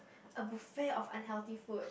a buffet of unhealthy food